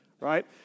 Right